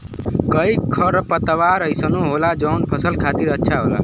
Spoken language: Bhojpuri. कई खरपतवार अइसनो होला जौन फसल खातिर अच्छा होला